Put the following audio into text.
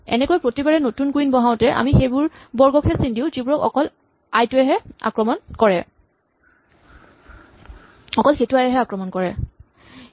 এনেকৈয়ে প্ৰতিবাৰ নতুন কুইন আই বহাওতে আমি সেইবোৰ বৰ্গকহে চিন দিওঁ যিবোৰক অকল আই এহে আক্ৰমণ কৰিছে